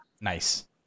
Nice